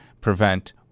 prevent